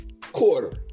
quarter